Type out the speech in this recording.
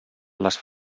les